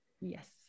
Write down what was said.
yes